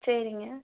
சரிங்க